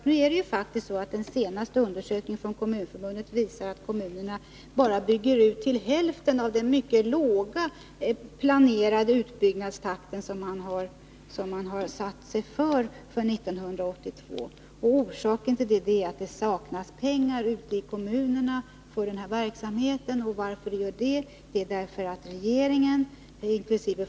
Nu är det faktiskt så att den senaste undersökningen från Kommunförbundet visar att kommunerna bara bygger ut till hälften av den mycket låga planerade utbyggnadstakten för 1982. Orsaken härtill är att det saknas pengar i kommunerna för den här verksamheten. Att det gör det beror på att regeringen, inkl.